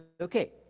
Okay